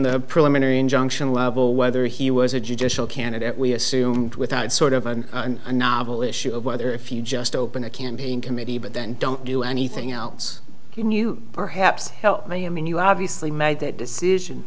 the preliminary injunction level whether he was a judicial candidate we assumed without sort of a novel issue of whether if you just open a campaign committee but then don't do anything else can you perhaps help me i mean you obviously made that decision